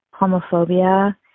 homophobia